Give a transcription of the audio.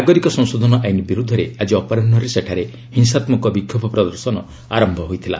ନାଗରିକ ସଂଶୋଧନ ଆଇନ୍ ବିରୁଦ୍ଧରେ ଆଜି ଅପରାହ୍ନରେ ସେଠାରେ ହିଂସାତ୍କକ ବିକ୍ଷୋଭ ପ୍ରଦର୍ଶନ ଆରମ୍ଭ ହୋଇଥିଲା